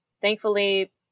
thankfully